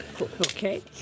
Okay